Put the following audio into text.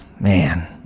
man